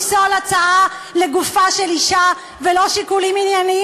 כשמבקשים לפסול הצעה לגופה של אישה ולא משיקולים ענייניים,